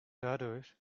dadurch